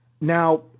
Now